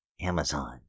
Amazon